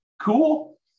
Cool